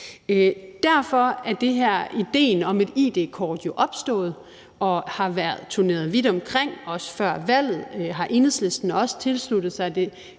Derfor er den her idé om et id-kort jo opstået og har været turneret vidt omkring, og også før valget